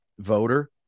voter